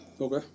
Okay